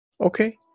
Okay